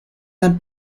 han